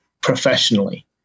professionally